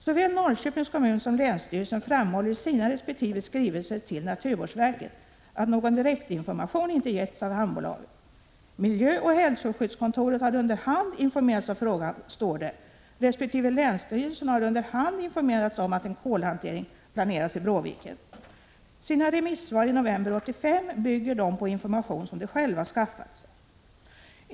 Såväl Norrköpings kommun som länsstyrelsen framhåller i sina resp. skrivelser till naturvårdsverket att någon direktinformation inte getts av hamnbolaget. ”Miljöoch hälsoskyddskontoret har underhand informerats om frågan” står det, resp.: ”Länsstyrelsen har underhand informerats om att en kolhantering planeras i Bråviken.” Sina remissvar i november 1985 bygger de på information som de själva skaffat sig.